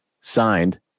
signed